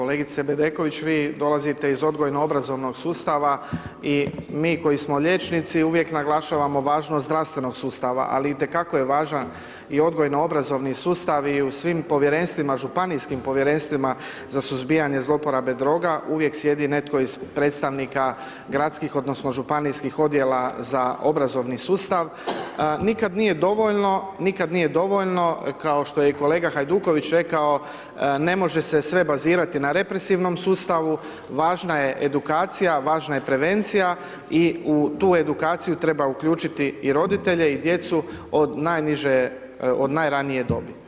Kolegice Bedeković, vi dolazite iz odgojno obrazovnog sustava i mi koji smo liječnici, uvijek naglašavamo važnost zdravstvenog sustava, ali itekako je važan i odgojno obrazovni sustav i u svim povjerenstvima, županijskim povjerenstvima za suzbijanje zlouporabe droga, uvijek sjedi netko iz predstavnika gradskih odnosno županijskih odjela za obrazovni sustav, nikad nije dovoljno, kao što je i kolega Hajduković rekao, ne može se sve bazirati na represivnom sustavu, važna je edukacija, važna je prevencija i u tu edukaciju treba uključiti i roditelje i djecu od najniže, od najranije dobi.